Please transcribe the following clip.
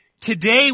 today